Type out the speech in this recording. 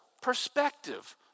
perspective